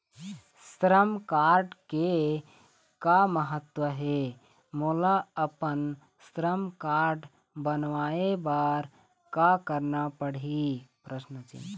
श्रम कारड के का महत्व हे, मोला अपन श्रम कारड बनवाए बार का करना पढ़ही?